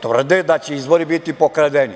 tvrde da će izbori biti pokradeni.